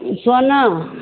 सोना